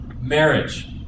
marriage